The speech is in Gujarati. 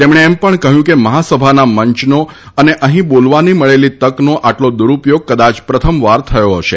તેમણે એમ પણ કહ્યું કે મહાસભાના મંચનો અને અહીં બોલવાની મળેલી તકનો આટલો દુરૂપયોગ કદાય પ્રથમવાર થયો ફશે